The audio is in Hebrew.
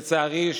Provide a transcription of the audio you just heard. לצערי,